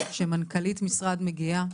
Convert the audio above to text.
שמנכ"לית משרד מגיעה,